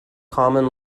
common